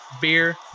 beer